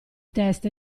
test